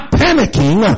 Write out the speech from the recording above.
panicking